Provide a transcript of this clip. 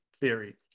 theory